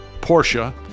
Porsche